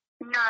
No